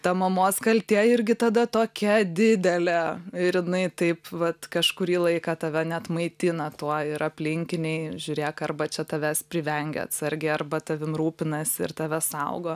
ta mamos kaltė irgi tada tokia didelė ir jinai taip vat kažkurį laiką tave net maitina tuo ir aplinkiniai žiūrėk arba čia tavęs privengia atsargiai arba tavim rūpinasi ir tave saugo